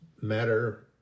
matter